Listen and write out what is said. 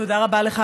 תודה רבה לך,